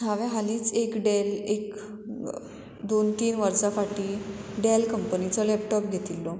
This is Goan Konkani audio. हांवें हालींच एक डॅल एक दोन तीन वर्सां फाटीं डॅल कंपनीचो लॅपटॉप घेतिल्लो